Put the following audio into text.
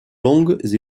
longues